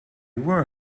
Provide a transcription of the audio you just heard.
were